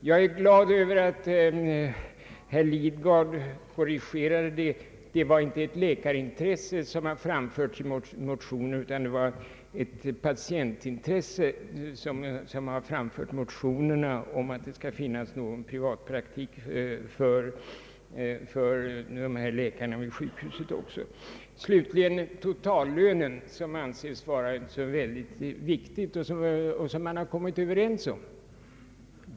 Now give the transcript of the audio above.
Jag är glad över att herr Lidgard klargjorde att det inte var ett läkarintresse utan ett patientintresse som framfördes i motionerna om att det också bör finnas privatpraktik för läkarna vid sjukhusen. Slutligen frågan om totallönen som anses vara så viktig och som man kommit överens om.